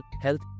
health